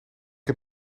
heb